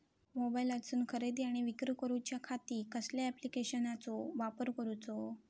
मोबाईलातसून खरेदी आणि विक्री करूच्या खाती कसल्या ॲप्लिकेशनाचो वापर करूचो?